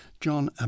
John